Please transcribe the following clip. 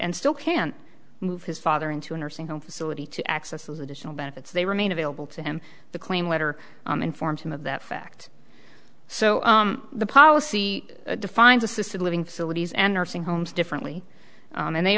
and still can't move his father into a nursing home facility to access additional benefits they remain available to him the claim letter informed him of that fact so the policy defines assisted living facilities and nursing homes differently and they